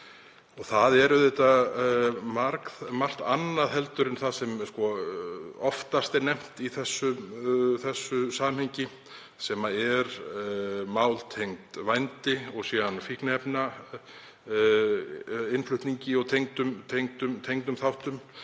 Það er auðvitað margt annað en það sem oftast er nefnt í þessu samhengi, sem eru mál tengd vændi og síðan fíkniefnainnflutningi og tengdum þáttum,